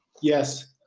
yes